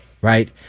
right